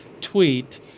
tweet